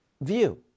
view